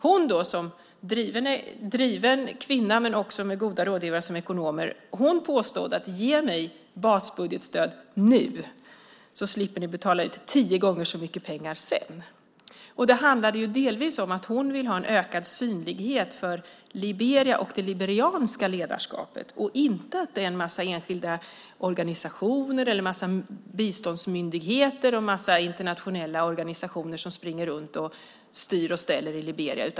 Hon, en driven kvinna med goda rådgivare som är ekonomer, sade: Ge mig basbudgetstöd nu, så slipper ni betala ut tio gånger så mycket pengar sedan. Det handlar delvis om att hon vill ha en ökad synlighet för Liberia och det liberianska ledarskapet i stället för att det ska vara en massa enskilda organisationer, biståndsmyndigheter och andra internationella organisationer som styr och ställer.